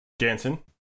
Jansen